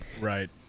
Right